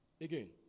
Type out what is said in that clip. Again